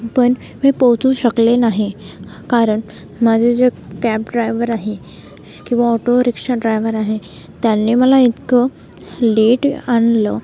पण मी पोहोचू शकले नाही कारण माझे जे कॅब ड्रायवर आहे किंवा ऑटो रिक्षा ड्रायवर आहे त्यांनी मला इतकं लेट आणलं